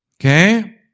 okay